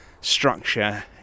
structure